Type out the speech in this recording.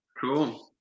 cool